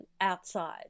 outside